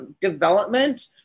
development